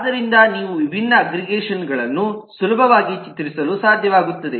ಆದ್ದರಿಂದ ನೀವು ವಿಭಿನ್ನ ಅಗ್ರಿಗೇಷನ್ ಗಳನ್ನು ಸುಲಭವಾಗಿ ಚಿತ್ರಿಸಲು ಸಾಧ್ಯವಾಗುತ್ತದೆ